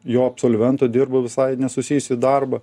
jo absolventų dirba visai nesusijusį darbą